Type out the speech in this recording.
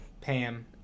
Pam